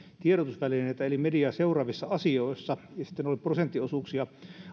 tiedotusvälineitä eli mediaa seuraavissa asioissa ja sitten oli prosenttiosuuksia